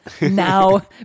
now